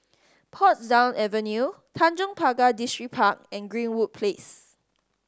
Portsdown Avenue Tanjong Pagar Distripark and Greenwood Place